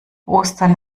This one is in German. ostern